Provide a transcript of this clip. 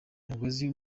umugozi